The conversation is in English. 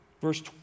Verse